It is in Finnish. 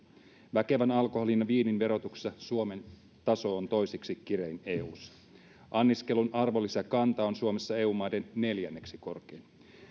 väkevän alkoholin ja viinin verotuksessa suomen taso on toiseksi kirein eussa anniskelun arvonlisäkanta on suomessa eu maiden neljänneksi korkein